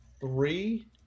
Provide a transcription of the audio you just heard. Three